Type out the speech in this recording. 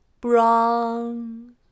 Brown